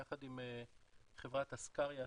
יחד עם חברת אסקריא,